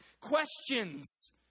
questions